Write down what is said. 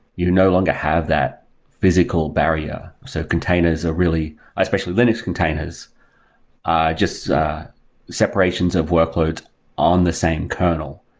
you no longer have that physical barrier so containers are really especially linux containers are just separations of workloads on the same kernel.